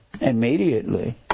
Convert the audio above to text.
immediately